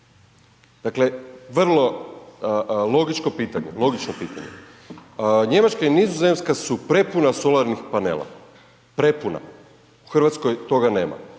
pitanje, logično pitanje. Njemačka i Nizozemska su prepuna solarnih panela, prepuna, u Hrvatskoj toga nema.